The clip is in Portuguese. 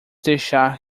deixar